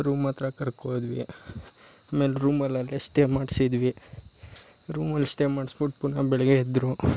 ರೂಮತ್ರ ಕರ್ಕೋದ್ವಿ ಆಮೇಲೆ ರೂಮಲ್ಲಿ ಅಲ್ಲೇ ಸ್ಟೇ ಮಾಡಿಸಿದ್ವಿ ರೂಮಲ್ಲಿ ಸ್ಟೇ ಮಾಡಿಸ್ಬಿಟ್ಟು ಪುನಃ ಬೆಳಿಗ್ಗೆ ಎದ್ರು